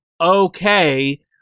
Okay